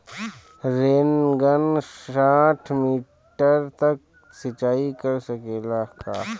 Rain gun साठ metre तक सिचाई कर सकेला का?